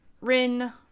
Rin